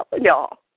y'all